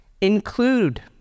Include